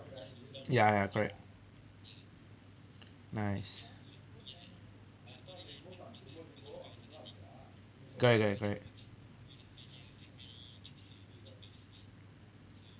ya ya correct nice correct correct correct